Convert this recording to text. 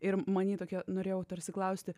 ir many tokia norėjau tarsi klausti